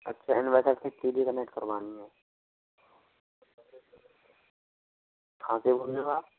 अच्छा इन्वर्टर से T V connect करवानी है कहाँ से बोल रहे हो आप